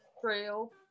trail